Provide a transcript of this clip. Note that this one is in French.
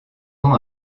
ans